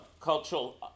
cultural